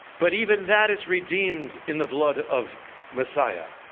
but even that is redeemed in the blood of messiah.